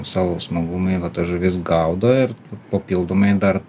savo smagumui va tas žuvis gaudo ir papildomai dar